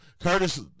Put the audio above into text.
Curtis